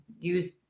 use